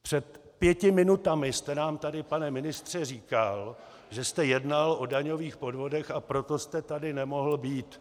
Před pěti minutami jste nám tady, pane ministře, říkal, že jste jednal o daňových podvodech, a proto jste tady nemohl být.